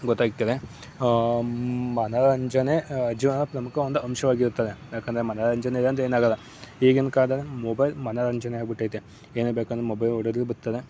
ಗೊತ್ತಾಗ್ತಿದೆ ಮನೋರಂಜನೆ ಜೀವನದ ಪ್ರಮುಖ ಒಂದು ಅಂಶವಾಗಿರುತ್ತದೆ ಯಾಕೆಂದ್ರೆ ಮನೋರಂಜನೆ ಇಲ್ಲ ಅಂದ್ರೆ ಏನಾಗೋಲ್ಲ ಈಗಿನ ಕಾಲದಲ್ಲಿ ಮೊಬೈಲ್ ಮನೋರಂಜನೆ ಆಗಿಬಿಟ್ಟೈತೆ ಏನೇ ಬೇಕೆಂದ್ರು ಮೊಬೈಲ್ ನೋಡೋದು ಬರ್ತದೆ